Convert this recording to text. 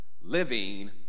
living